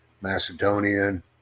Macedonian